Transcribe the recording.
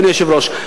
אדוני היושב-ראש.